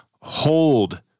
hold